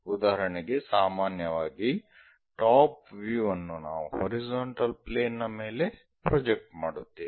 ಉದಾಹರಣೆಗೆ ಸಾಮಾನ್ಯವಾಗಿ top view ಅನ್ನು ನಾವು ಹಾರಿಜಾಂಟಲ್ ಪ್ಲೇನ್ ನ ಮೇಲೆ ಪ್ರೊಜೆಕ್ಟ್ ಮಾಡುತ್ತೇವೆ